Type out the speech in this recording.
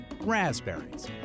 raspberries